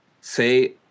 say